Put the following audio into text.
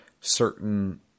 certain